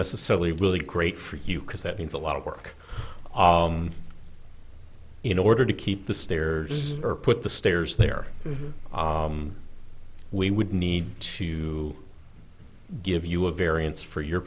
necessarily really great for you because that means a lot of work in order to keep the stairs or put the stairs there we would need to give you a variance for your